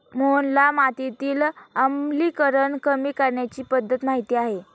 मोहनला मातीतील आम्लीकरण कमी करण्याची पध्दत माहित आहे